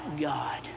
God